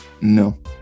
No